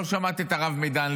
לא שמעת את הרב מדן,